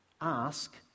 Ask